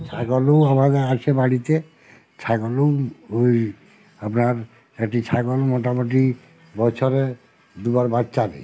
ছাগলও আমাদের আছে বাড়িতে ছাগলও ওই আপনার একটি ছাগল মোটামুটি বছরে দুবার বাচ্চা দেয়